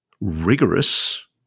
rigorous